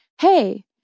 hey